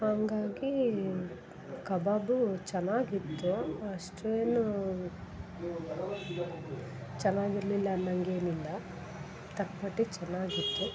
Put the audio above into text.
ಹಂಗಾಗಿ ಕಬಾಬು ಚೆನ್ನಾಗಿತ್ತು ಅಷ್ಟೇನೂ ಚೆನ್ನಾಗಿರ್ಲಿಲ್ಲ ಅನ್ನಂಗೆ ಏನಿಲ್ಲ ತಕ್ಕಮಟ್ಟಿಗ್ ಚೆನ್ನಾಗಿತ್ತು